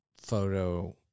photo